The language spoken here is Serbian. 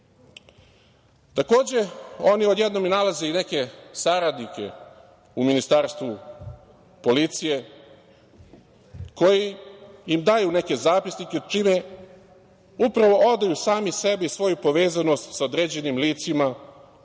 oni odjednom nalaze i neke saradnike u Ministarstvu policije, koji im daju neke zapisnike, čime upravo odaju sami sebi svoju povezanost sa određenim licima